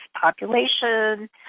population